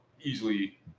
easily